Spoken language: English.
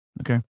Okay